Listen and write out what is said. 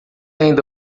ainda